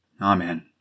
Amen